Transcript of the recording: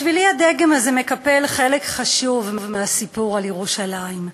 בשבילי הדגם הזה מקפל חלק חשוב מהסיפור על ירושלים.